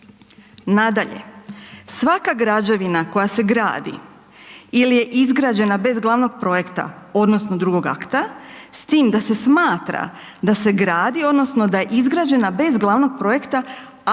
Nadalje, svaka građevina koja se gradi ili je izgrađena bez glavnog projekta odnosno drugog akta s tim da se smatra da se gradi odnosno da je izgrađena bez glavnog projekta,